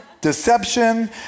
deception